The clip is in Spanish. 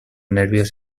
nervios